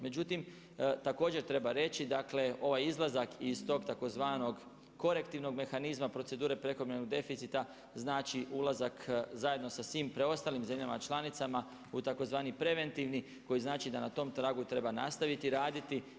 Međutim, također treba reći, dakle ovaj izlazak iz tog tzv. korektivnog mehanizma, procedure prekomjernog deficita znači ulazak zajedno sa svim preostalim zemljama članicama u tzv. preventivni koji znači da na tom tragu treba nastaviti raditi.